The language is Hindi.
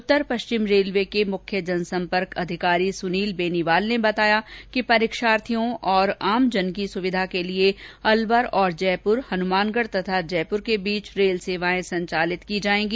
उत्तर पश्चिम रेलवे के मुख्य जनसंपर्क अधिकारी सुनील बेनीवाल ने बताया कि परीक्षार्थियों और आमजन की सुविधा के लिये अलवर और जयपुर हनुमानगढ ैतथा जयपुर के बीच रेल सेवायें संचालित की जायेंगी